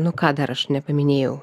nu ką dar aš nepaminėjau